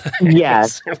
Yes